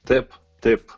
taip taip